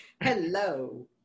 Hello